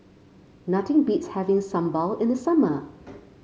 nothing beats having Sambal in the summer